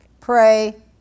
pray